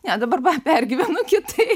ne dabar va pergyvenu kitaip